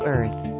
Earth